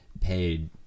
paid